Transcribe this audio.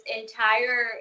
entire